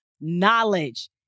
knowledge